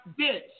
bitch